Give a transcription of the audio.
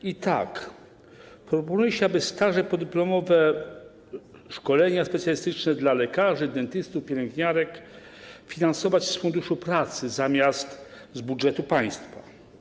I tak proponuje się, aby staże podyplomowe, szkolenia specjalistyczne dla lekarzy, dentystów, pielęgniarek finansować z Funduszu Pracy zamiast z budżetu państwa.